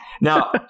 Now